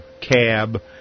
CAB